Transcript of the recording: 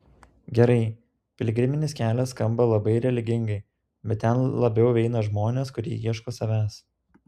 gerai piligriminis kelias skamba labai religingai bet ten labiau eina žmonės kurie ieško savęs